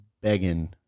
begging